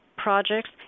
projects